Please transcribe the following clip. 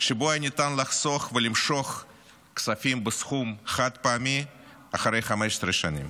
שבו ניתן לחסוך ולמשוך כספים בסכום חד-פעמי אחרי 15 שנים.